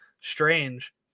strange